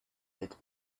made